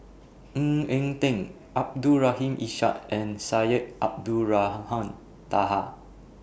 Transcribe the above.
Ng Eng Teng Abdul Rahim Ishak and Syed Abdulrahman Taha